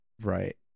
Right